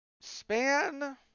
Span